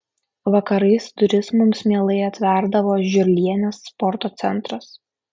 vakarais duris mums mielai atverdavo žiurlienės sporto centras